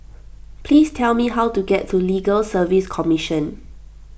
please tell me how to get to Legal Service Commission